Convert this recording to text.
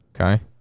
Okay